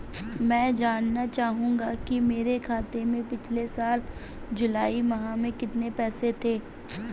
मैं जानना चाहूंगा कि मेरे खाते में पिछले साल जुलाई माह में कितने पैसे थे?